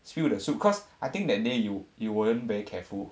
spill the soup because I think that day you you weren't very careful